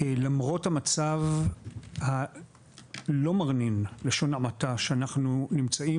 למרות המצב הלא מרנין בלשון המעטה שאנחנו נמצאים